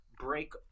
break